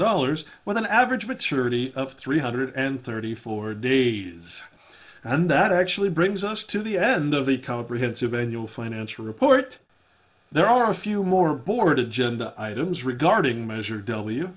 dollars with an average maturity of three hundred and thirty four days and that actually brings us to the end of the comprehensive a new financial report there are a few more board agenda items regarding measure w